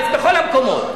בכל המקומות.